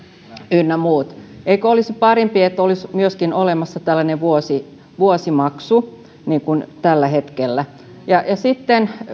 ynnä muut eikö olisi parempi että olisi myöskin olemassa tällainen vuosimaksu niin kuin tällä hetkellä sitten